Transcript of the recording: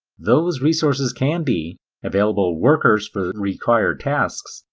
those resources can be available workers for required tasks,